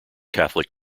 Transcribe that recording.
catholic